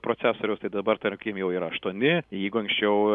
procesoriaus tai dabar tarkim jau yra aštuoni jeigu anksčiau